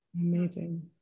Amazing